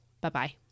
Bye-bye